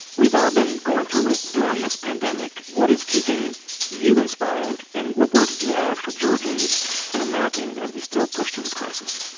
we've all been going through it during this pandemic. what is keeping you inspired, and what words do you have for georgians and americans as we still push through this crisis?